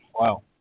Wow